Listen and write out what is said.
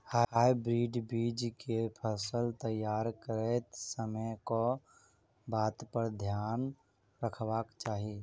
Hybrid बीज केँ फसल तैयार करैत समय कऽ बातक ध्यान रखबाक चाहि?